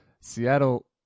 Seattle